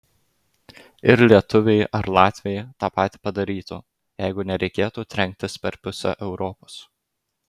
ir lietuviai ar latviai tą patį padarytų jeigu nereikėtų trenktis per pusę europos